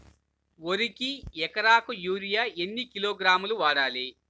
వరికి ఎకరాకు యూరియా ఎన్ని కిలోగ్రాములు వాడాలి?